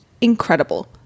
incredible